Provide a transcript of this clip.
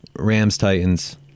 Rams-Titans